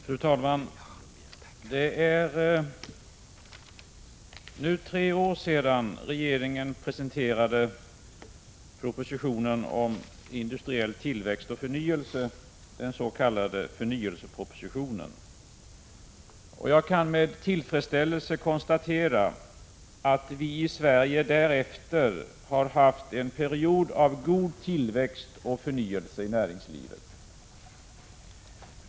Fru talman! Det är nu tre år sedan regeringen presenterade propositionen om industriell tillväxt och förnyelse, den s.k. förnyelsepropositionen. Jag kan med tillfredsställelse konstatera att vi i Sverige därefter har haft en period av god tillväxt och förnyelse i näringslivet.